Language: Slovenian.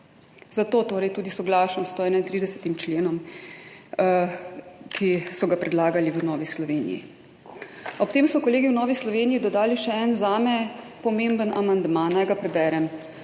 torej tudi soglašam s 131. členom, ki so ga predlagali v Novi Sloveniji. Ob tem so kolegi v Novi Sloveniji dodali še en zame pomemben amandma. Naj ga preberem.